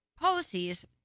policies